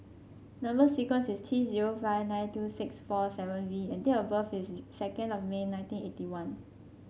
number sequence is T zero five nine two six four seven V and date of birth is second of May nineteen eighty one